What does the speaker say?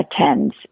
attends